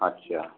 अच्छा